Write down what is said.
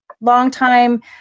longtime